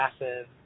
massive